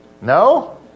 No